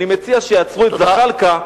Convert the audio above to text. אני מציע שיעצרו את זחאלקה,